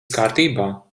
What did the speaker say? kārtībā